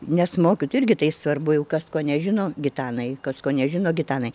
nes mokytojui irgi tai svarbu jau kas ko nežino gitanai kas ko nežino gitanai